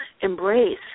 embrace